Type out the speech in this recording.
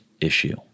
issue